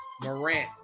Morant